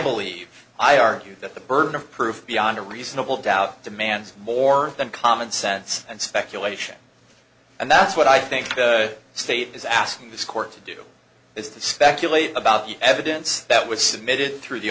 believe i argued that the burden of proof beyond a reasonable doubt demands more than common sense and speculation and that's what i think the state is asking this court to do is to speculate about the evidence that was submitted through the